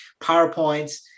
PowerPoints